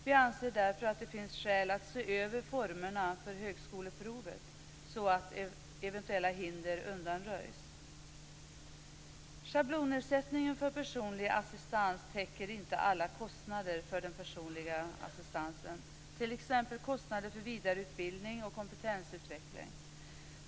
Vi anser därför att det finns skäl att se över formerna för högskoleprovet, så att eventuella hinder undanröjs. Schablonersättningen för personlig assistans täcker inte alla kostnader för den personliga assistansen, t.ex. kostnader för vidareutbildning och kompetensutveckling.